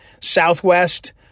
Southwest